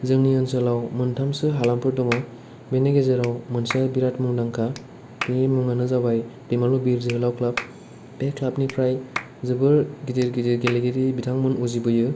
जोंनि ओनसोलाव मोनथामसो हालामफोर दङ बेनि गेजेराव मोनसेआ बिरात मुंदांखा बेनि मुङानो जाबाय दैमालु बिर जोहोलाव क्लाब बे क्लाबनिफ्राय जोबोर गिदिर गिदिर गेलेगिरि बिथांमोन उजिबोयो